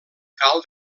cal